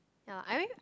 ya i maybe